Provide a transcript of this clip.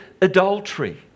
adultery